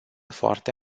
foarte